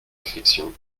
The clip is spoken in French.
réflexion